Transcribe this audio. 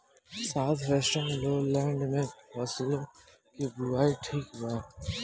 South western lowland में फसलों की बुवाई ठीक बा?